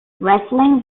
wrestling